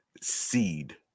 seed